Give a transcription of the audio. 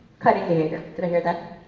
cutting behavior. did i hear that?